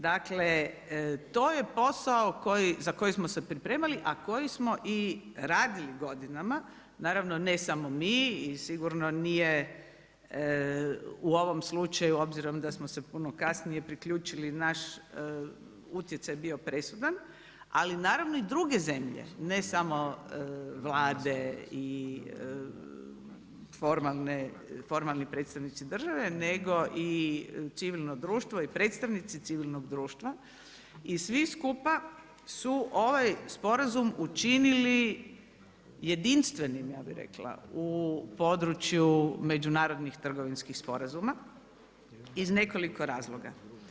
Dakle, to je posao za koji smo se pripremali, ako koji smo radili godinama, naravno, ne samo mi, i sigurno nije u ovom slučaju obzirom da smo se puno kasnije priključili naš utjecaj bio presuda, ali naravno i druge zemlje, ne samo Vlade i formalni predstavnici države nego civilno društvo i predstavnici civilnog društva, i svi skupa su ovaj sporazum učinili jedinstvenim, ja bih rekla, u području međunarodnih trgovinskih sporazuma iz nekoliko razloga.